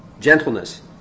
Gentleness